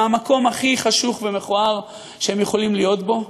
מהמקום הכי חשוך ומכוער שהם יכולים להיות בו,